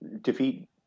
defeat